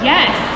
Yes